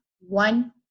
one